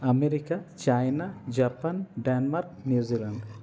America China Japan Denmark New Zealand